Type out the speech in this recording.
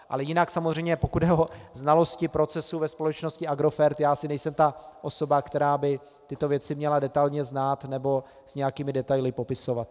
Ale jinak samozřejmě pokud jde o znalosti procesu ve společnosti Agrofert, já asi nejsem ta osoba, která by tyto věci měla detailně znát nebo s nějakými detaily popisovat.